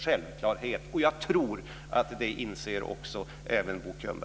Jag tror att även Bo Könberg inser detta.